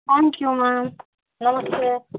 thank you ma'am नमस्ते